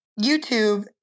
YouTube